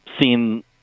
seen